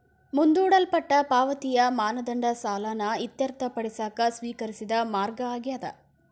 ಮುಂದೂಡಲ್ಪಟ್ಟ ಪಾವತಿಯ ಮಾನದಂಡ ಸಾಲನ ಇತ್ಯರ್ಥಪಡಿಸಕ ಸ್ವೇಕರಿಸಿದ ಮಾರ್ಗ ಆಗ್ಯಾದ